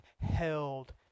held